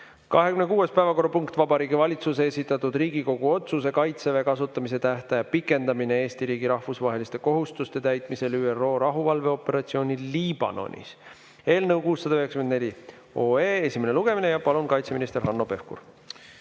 26. päevakorrapunkt on Vabariigi Valitsuse esitatud Riigikogu otsuse "Kaitseväe kasutamise tähtaja pikendamine Eesti riigi rahvusvaheliste kohustuste täitmisel ÜRO rahuvalveoperatsioonil Liibanonis" eelnõu 694 esimene lugemine. Palun, kaitseminister Hanno Pevkur!